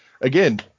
again